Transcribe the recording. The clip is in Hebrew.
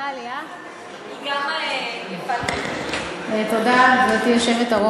מחכה לי, היא גם יפת נפש תודה, גברתי היושבת-ראש.